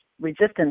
resistance